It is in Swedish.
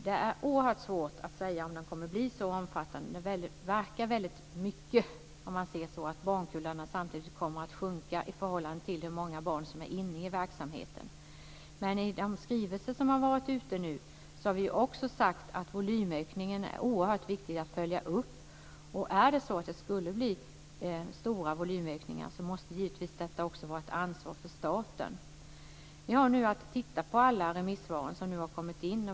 Det är oerhört svårt att säga om den kommer att bli så omfattande. Det verkar väldigt mycket om man ser på att barnkullarna samtidigt kommer att sjunka i förhållande till hur många barn som är inne i verksamheten. Men i de skrivelser som har varit ute nu har vi också sagt att det är oerhört viktigt att följa upp volymökningen. Skulle det bli stora volymökningar måste givetvis detta också vara ett ansvar för staten. Vi har nu att gå igenom alla remissvar som har kommit in.